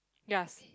yes